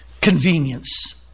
convenience